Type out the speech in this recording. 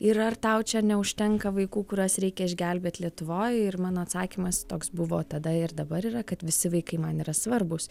ir ar tau čia neužtenka vaikų kuriuos reikia išgelbėt lietuvoj ir mano atsakymas toks buvo tada ir dabar yra kad visi vaikai man yra svarbus